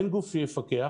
אין גוף שיפקח,